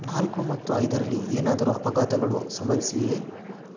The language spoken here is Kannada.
ನಾಲ್ಕು ಮತ್ತು ಐದರಲ್ಲಿ ಏನಾದರೂ ಅಪಘಾತಗಳು ಸಂಭವಿಸಿವೆಯೇ